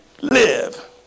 live